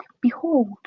Behold